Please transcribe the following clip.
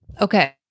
okay